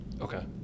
Okay